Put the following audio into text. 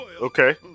Okay